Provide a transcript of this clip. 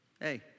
Hey